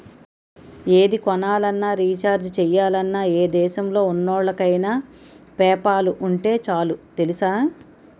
ఏది కొనాలన్నా, రీచార్జి చెయ్యాలన్నా, ఏ దేశంలో ఉన్నోళ్ళకైన పేపాల్ ఉంటే చాలు తెలుసా?